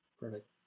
Perfect